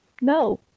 No